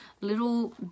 little